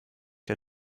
der